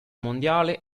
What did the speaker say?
mondiale